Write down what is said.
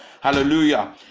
Hallelujah